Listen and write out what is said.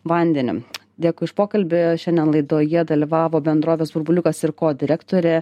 vandeniu dėkui už pokalbį šiandien laidoje dalyvavo bendrovės burbuliukas ir ko direktorė